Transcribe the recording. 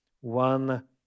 one